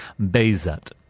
Bezat